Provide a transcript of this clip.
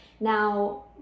Now